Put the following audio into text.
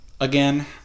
again